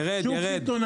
יירד, יירד.